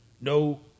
no